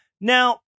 Now